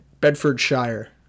Bedfordshire